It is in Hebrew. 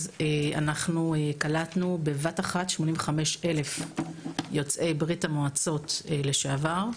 אז קלטנו בבת אחת 85 אלף יוצאי ברית המועצות לשעבר,